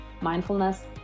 mindfulness